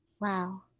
Wow